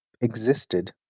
existed